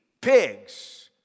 pigs